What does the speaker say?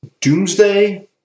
Doomsday